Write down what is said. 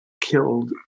killed